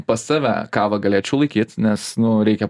pas save kavą galėčiau laikyt nes nu reikia